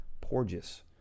Porges